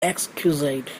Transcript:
exquisite